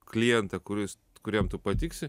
klientą kuris kuriam tu patiksi